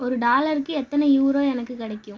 ஒரு டாலருக்கு எத்தனை யூரோ எனக்கு கிடைக்கும்